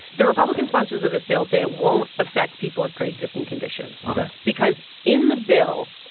the republican sponsors of this bill say it won't affect people with pre-existing conditions. ok. because in the bill,